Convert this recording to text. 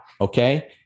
okay